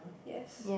yes